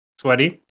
Sweaty